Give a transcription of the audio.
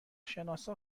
شناسا